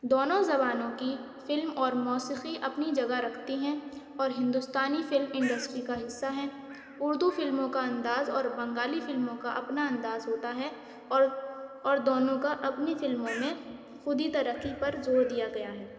دونوں زبانوں کی فلم اور موسیقی اپنی جگہ رکھتی ہیں اور ہندوستانی فلم انڈسٹری کا حصہ ہیں اردو فلموں کا انداز اور بنگالی فلموں کا اپنا انداز ہوتا ہے اور اور دونوں کا اپنی فلموں میں خود ہی ترقی پر زور دیا گیا ہے